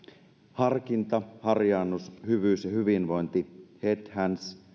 harkinta harjaannus hyvyys ja hyvinvointi head hands